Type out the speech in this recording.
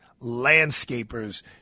landscapers